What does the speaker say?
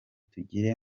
tugire